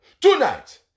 Tonight